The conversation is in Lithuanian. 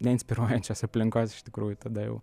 neinspiruojančios aplinkos iš tikrųjų tada jau